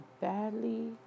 badly